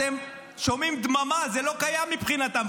אתם שומעים דממה, זה לא קיים מבחינתם.